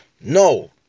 no